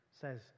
says